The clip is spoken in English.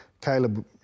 Caleb